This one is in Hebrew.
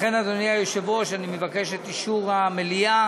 לכן, אדוני היושב-ראש, אני מבקש את אישור המליאה,